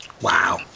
Wow